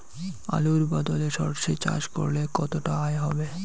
আলুর বদলে সরষে চাষ করলে কতটা আয় হবে?